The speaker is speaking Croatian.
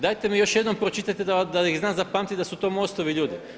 Dajte mi još jednom pročitajte da ih znam zapamtiti da su to MOST-ovi ljudi.